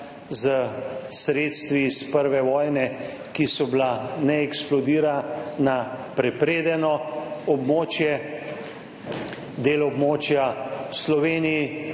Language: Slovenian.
s sredstvi iz prve vojne, ki so bila neeksplodirana, prepredenega območja, del območja v Sloveniji,